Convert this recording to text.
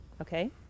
Okay